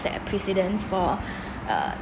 that are precedents for uh